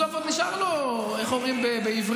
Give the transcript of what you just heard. בסוף עוד נשאר לו, איך אומרים בעברית?